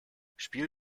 spiel